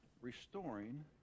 restoring